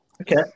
Okay